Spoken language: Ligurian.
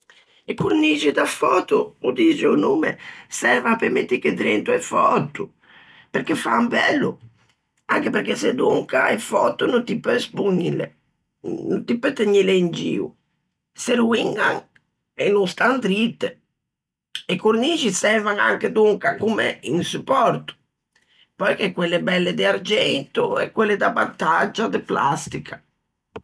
E cornixi da föto, ô dixe o nomme, servan pe mettighe drento e föto, perché fan bello, anche perché sedonca e föto no ti peu espoñile, no ti peu tegnile in gio, se roiñan e no stan drite. E cornixi servan anche donca comme un suppòrto. Pöi gh'é quelle belle de argento, e quelle da battaggia de plastica.